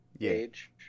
age